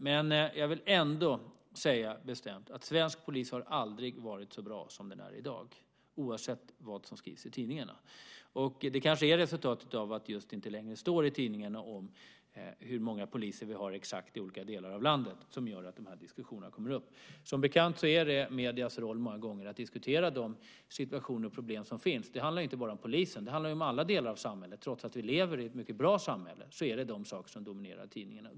Men jag vill ändå bestämt säga att svensk polis aldrig har varit så bra som den är i dag, oavsett vad som skrivs i tidningarna. De här diskussionerna kanske kommer upp som ett resultat av att det just inte längre står i tidningarna exakt hur många poliser vi har i olika delar av landet. Som bekant är det många gånger mediernas roll att diskutera de situationer och problem som finns. Det handlar inte bara om polisen; det handlar om alla delar av samhället. Trots att vi lever i ett mycket bra samhälle är det de sakerna som dominerar tidningarna.